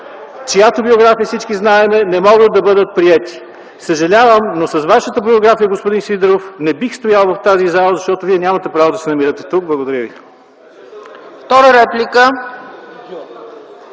чиято биография всички знаем, не могат да бъдат приети. Съжалявам, но с Вашата биография, господин Сидеров, не бих стоял в тази зала, защото Вие нямате право да се намирате тук. Благодаря ви.